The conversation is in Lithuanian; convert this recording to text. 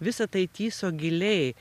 visa tai tyso giliai